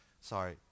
Sorry